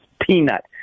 Peanut